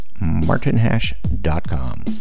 martinhash.com